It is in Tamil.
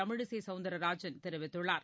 தமிழிசை சௌந்தரராஜன் தெரிவித்துள்ளார்